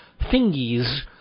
thingies